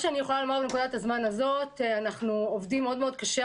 בנקודת הזמן הזאת אני יכולה לומר שאנחנו עובדים מאוד קשה.